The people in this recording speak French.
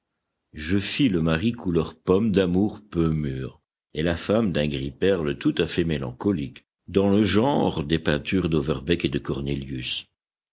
je fis le mari couleur pomme d'amour peu mûre et la femme d'un gris perle tout à fait mélancolique dans le genre des peintures d'overbeck et de cornélius